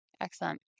Excellent